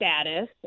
status